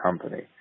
company